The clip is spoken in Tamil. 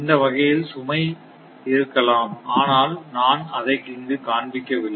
இந்த வகையில் சுமை இருக்கலாம் ஆனால் நான் அதை இங்கு காண்பிக்கவில்லை